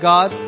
God